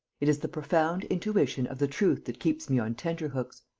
it is the profound intuition of the truth that keeps me on tenterhooks.